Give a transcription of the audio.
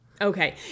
okay